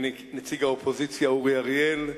נציג האופוזיציה אורי אריאל,